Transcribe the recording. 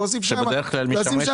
להוסיף שם כסף.